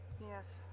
Yes